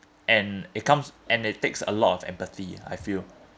and it comes and it takes a lot of empathy I feel